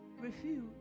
refuse